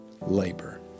labor